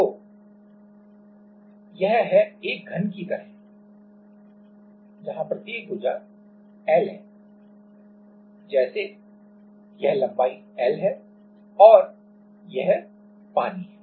तो यह है एक घन की तरह जहाँ प्रत्येक भुजा L है जैसे यह लंबाई L है और यह पानी है